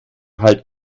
halt